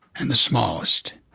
and the smallest.